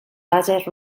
bases